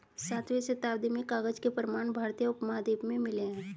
सातवीं शताब्दी में कागज के प्रमाण भारतीय उपमहाद्वीप में मिले हैं